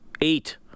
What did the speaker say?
eight